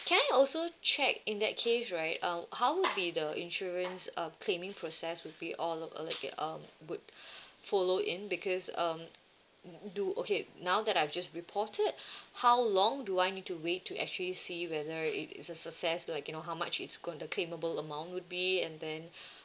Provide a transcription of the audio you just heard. can I also check in that case right um how would be the insurance uh claiming process would be um would follow in because um do okay now that I've just reported how long do I need to wait to actually see whether it is a success like you know how much it's going the claimable amount would be and then